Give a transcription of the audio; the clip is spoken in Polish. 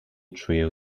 czuję